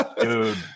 Dude